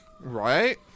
Right